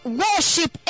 worship